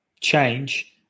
change